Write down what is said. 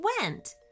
went